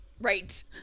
Right